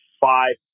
five